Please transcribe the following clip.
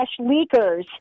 leakers